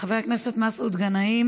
חבר הכנסת סעיד אלחרומי,